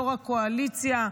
יו"ר הקואליציה,